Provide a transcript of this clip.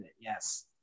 Yes